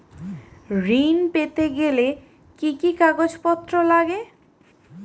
ঋণ পেতে গেলে কি কি কাগজপত্র লাগে?